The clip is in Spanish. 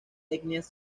etnias